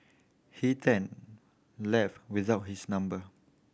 he then left without his number